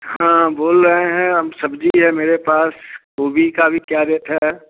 हाँ बोल रहें हैं हम सब्जी है मेरे पास गोभी का अभी क्या रेट है